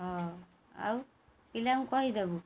ହ ଆଉ ପିଲା ଙ୍କୁ କହିଦେବୁ